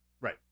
Right